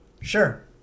sure